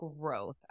growth